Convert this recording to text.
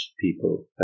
people